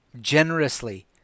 Generously